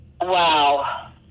Wow